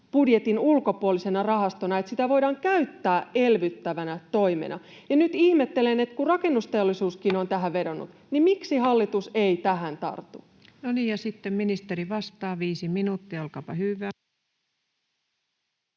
budjetin ulkopuolisena rahastona, että sitä voidaan käyttää elvyttävänä toimena. Nyt ihmettelen, että kun rakennusteollisuuskin on tähän vedonnut, miksi hallitus ei tähän tartu. No niin, ja sitten ministeri vastaa. — Viisi minuuttia, olkaapa hyvä.